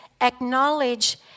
acknowledge